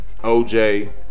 OJ